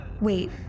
Wait